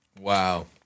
wow